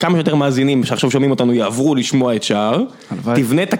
כמה שיותר מאזינים שעכשיו שומעים אותנו' יעברו לשמוע את "שער"; תבנה את